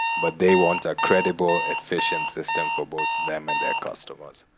but they want a credible, efficient system for both them and their customers.